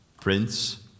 Prince